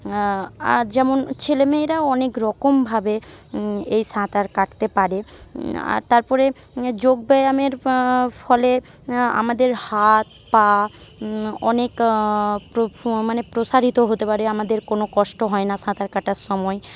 আর যেমন ছেলে মেয়েরা অনেক রকমভাবে এই সাঁতার কাটতে পারে তারপরে যোগব্যায়ামের ফলে আমাদের হাত পা অনেক মানে প্রসারিত হতে পারে আমাদের কোনও কষ্ট হয় না সাঁতার কাটার সময়ে